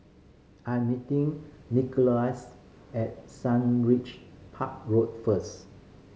I am meeting Nikolas at Sundridge Park Road first